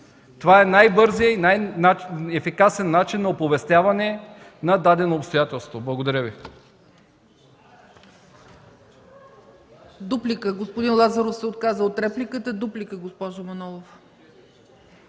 Това е най-бързият и най-ефикасен начин на оповестяване на дадено обстоятелство. Благодаря Ви.